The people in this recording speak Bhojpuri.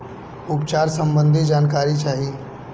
उपचार सबंधी जानकारी चाही?